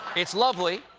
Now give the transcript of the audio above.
it's lovely.